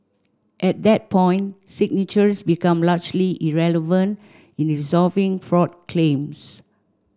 at that point signatures became largely irrelevant in resolving fraud claims